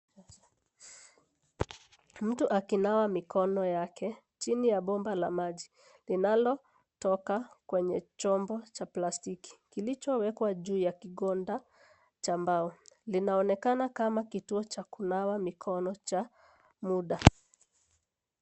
Mtu akinawa mikono yake chini ya bomba la maji linalotoka kwenye chombo cha plastiki kilichowekwa juu ya kigonda cha mbao linaonekana kama kituo cha kunawa mikono cha muda.